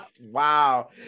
Wow